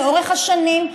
לאורך השנים,